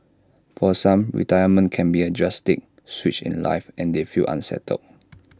for some retirement can be A drastic switch in life and they feel unsettled